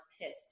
pissed